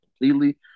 completely